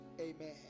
Amen